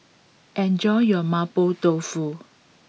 enjoy your Mapo Tofu